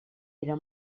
era